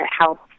help